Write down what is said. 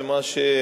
זה מה שנכתב,